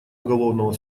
уголовного